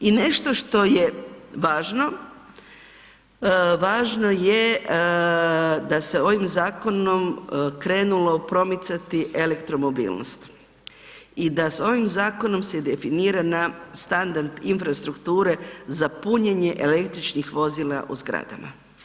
I nešto što je važno, važno je da se ovim zakonom krenulo promicati elektromobilnost i da ovim zakonom se definira na standard infrastrukture za punjenje električnih vozila u zgradama.